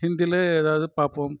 ஹிந்தியில் ஏதாவது பார்ப்போம்